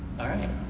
alright,